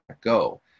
go